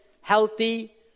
healthy